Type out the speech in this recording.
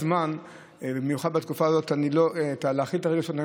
האמת, אין זמן להכיל את הרגשות.